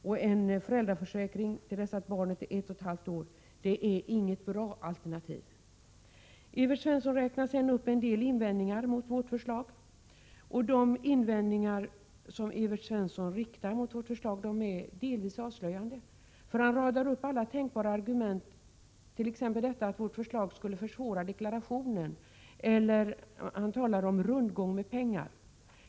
Och en föräldraförsäkring till dess att barnet är ett och ett halvt år är inget bra alternativ. Evert Svensson räknar sedan upp en del invändningar mot vårt förslag. Dessa invändningar är delvis avslöjande. Han radar upp alla tänkbara argument, t.ex. att vårt förslag skulle försvåra deklarationen. Och han talar om ”rundgång med pengar”.